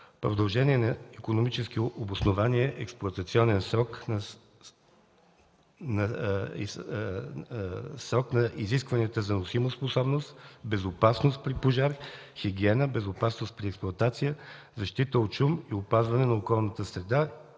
продължение на икономически обоснования експлоатационен срок на изискванията за носимоспособност, безопасност при пожар, хигиена, безопасност при експлоатация, защита от шум и опазване на околната среда